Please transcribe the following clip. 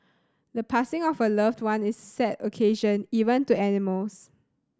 the passing of a loved one is a sad occasion even to animals